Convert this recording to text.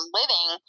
living